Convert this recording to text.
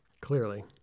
Clearly